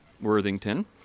Worthington